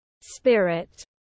Spirit